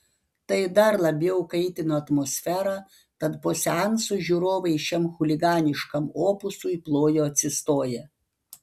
tai dar labiau kaitino atmosferą tad po seanso žiūrovai šiam chuliganiškam opusui plojo atsistoję